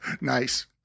Nice